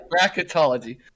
bracketology